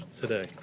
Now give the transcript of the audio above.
today